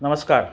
नमस्कार